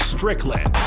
Strickland